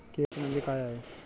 KYC म्हणजे काय आहे?